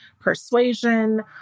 persuasion